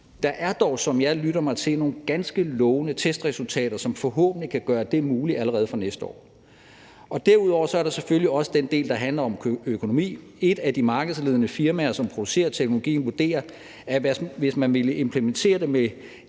Der er dog, som jeg lytter mig til, nogle ganske lovende testresultater, som forhåbentlig kan gøre det muligt allerede fra næste år. Derudover er der selvfølgelig også den del, der handler om økonomi. Et af de markedsledende firmaer, som producerer teknologien, vurderer, at hvis man ville implementere det med